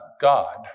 God